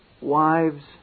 wives